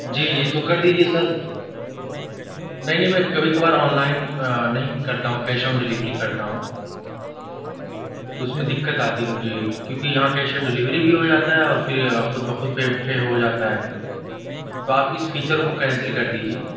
جی جی تو کر دیجیے سر نہیں نہیں میں کبھی کبھار آنلائن نہیں کرتا ہوں کیش آن ڈیلیوری کرتا ہوں تو اس میں دقت آتی ہے مجھے کیونکہ یہاں کیش آن ڈیلیوری بھی ہو جاتا ہے اور پھر خود بخود پے ہو جاتا ہے تو آپ اس فیچر کو کینسل کر دیجیے